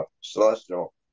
celestial